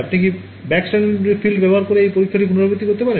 আপনারা কি backscattered field ব্যবহার করে এই পরীক্ষাটি পুনরাবৃত্তি করতে পারেন